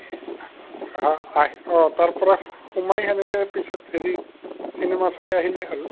আহ অঁ তাৰপৰা সোমাই তেনেকৈ পিছত হেৰি চিনেমা চাই আহিলে হ'ল